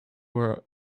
were